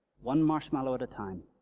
one marshmallow at a time.